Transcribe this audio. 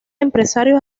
empresarios